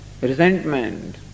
resentment